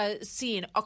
Seen